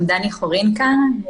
גם דני חורין כאן.